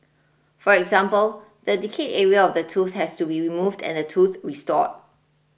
for example the decayed area of the tooth has to be removed and the tooth restored